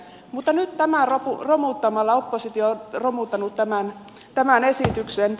mutta nyt tämän romuttamalla oppositio on romuttanut tämän esityksen